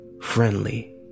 friendly